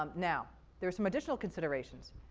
um now, there's some additional considerations.